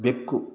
ಬೆಕ್ಕು